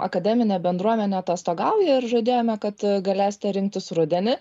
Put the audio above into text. akademinė bendruomenė atostogauja ir žadėjome kad galėsite rinktis rudenį